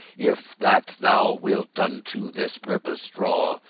if that thou wilt unto this purpose draw,